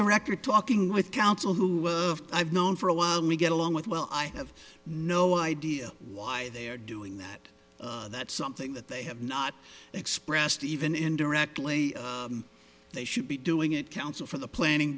record talking with counsel who i've known for a while we get along with well i have no idea why they are doing that that something that they have not expressed even indirectly they should be doing it counsel for the planning